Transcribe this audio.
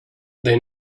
they